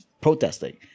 protesting